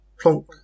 Plonk